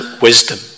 wisdom